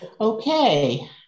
Okay